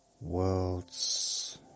World's